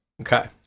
Okay